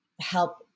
help